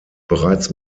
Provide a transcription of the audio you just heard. bereits